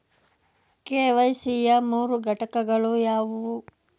KYC ಯ ಮೂರು ಘಟಕಗಳು ಯಾವುವು?